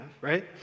right